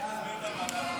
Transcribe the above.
הסתייגות 13 לא נתקבלה.